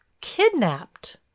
kidnapped